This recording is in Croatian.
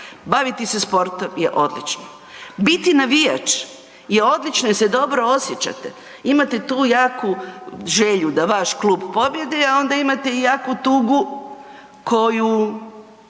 Baviti se sportom je odlično, biti navijač je odlično jer se dobro osjećate, imate tu jaku želju da vaš klub pobijedi, a onda imate i jaku tugu koju